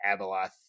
abeloth